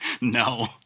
No